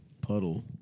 puddle